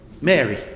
Mary